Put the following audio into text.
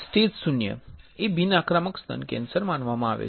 stage 0 એ બિન આક્રમક સ્તન કેન્સર માનવામાં આવે છે